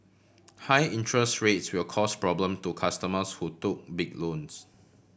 high interest rates will cause problem to customers who took big loans